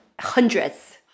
hundreds